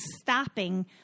stopping